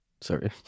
Sorry